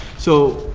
so